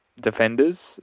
defenders